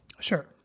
Sure